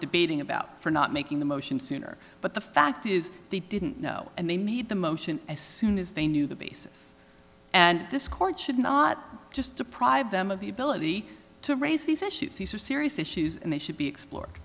debating about for not making the motion sooner but the fact is they didn't know and they made the motion as soon as they knew the basis and this court should not just deprive them of the ability to raise these issues these are serious issues and they should be explored